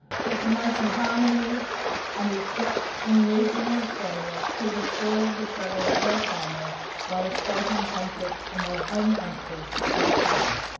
for promoting harmony and respect in regional australia through the story of the struggle of her family while escaping conflict in their ah home country of chad.